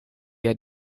had